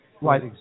Right